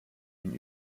ihn